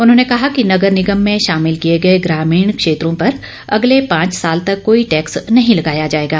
उन्होंने कहा कि नगर निगम में शामिल किए गए ग्रामीण क्षेत्रों पर अगले पांच साल तक कोई टैक्स नहीं लगाया जाएगा